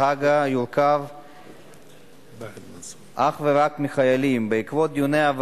התשע"א 2011. בבקשה.